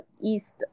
East